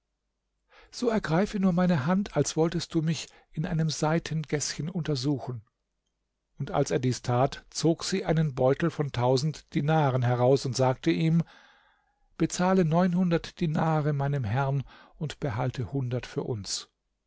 so ergreife nur meine hand als wolltest du mich in einem seitengäßchen untersuchen und als er dies tat zog sie einen beutel von tausend dinaren heraus und sagte ihm bezahle neunhundert dinare meinem herrn und behalte hundert für uns